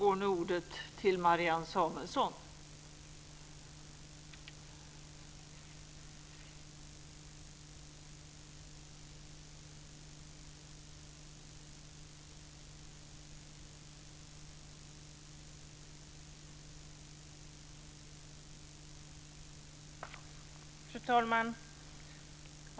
Fru talman!